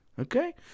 okay